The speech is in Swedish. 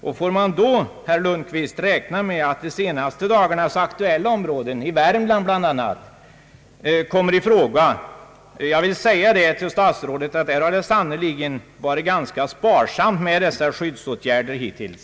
Och får man då, herr Lundkvist, räkna med att de senaste dagarnas aktuella områden, bl a. i Värmland, kommer i fråga? Jag vill framhålla för statsrådet, att där har det sannerligen varit ganska sparsamt med dessa skyddsåtgärder hittills.